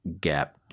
gap